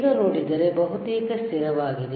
ಈಗ ನೋಡಿದರೆ ಬಹುತೇಕ ಸ್ಥಿರವಾಗಿದೆ